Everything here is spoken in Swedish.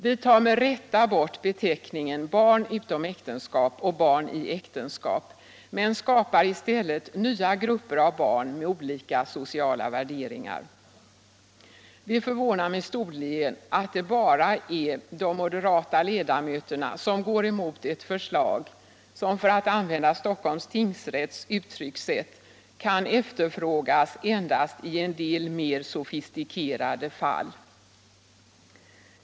Vi tar med rätta bort beteckningarna barn utom äktenskap och barn i äktenskap, men skapar i stället nya grupper av barn med olika sociala värderingar. Det förvånar mig storligen att det bara är de moderata ledamöterna som går emot ett förslag som, för att använda Stockholms tingsrätts uttryckssätt, kan efterfrågas endast i en del mer sofistikerade fall.